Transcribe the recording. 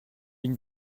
une